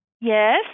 Yes